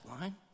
line